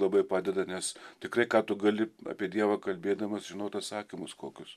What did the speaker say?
labai padeda nes tikrai ką tu gali apie dievą kalbėdamas žinot atsakymus kokius